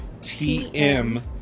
TM